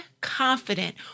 confident